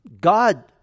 God